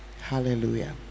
hallelujah